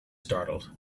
startled